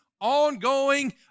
ongoing